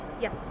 yes